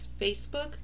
Facebook